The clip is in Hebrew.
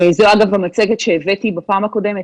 המצגת שהבאתי בפעם הקודמת,